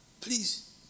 Please